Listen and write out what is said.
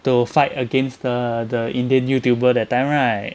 to fight against the the indian YouTube that time right